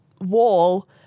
wall